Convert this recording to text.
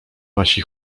wasi